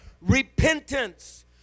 repentance